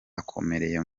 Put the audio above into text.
akomeye